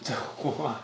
what